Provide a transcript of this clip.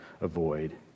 avoid